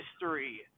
history